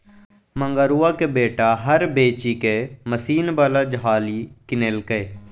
मंगरुआक बेटा हर बेचिकए मशीन बला झालि किनलकै